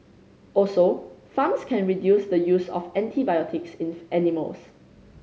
also farms can reduce the use of antibiotics in animals